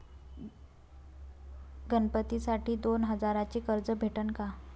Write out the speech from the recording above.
गणपतीसाठी दोन हजाराचे कर्ज भेटन का?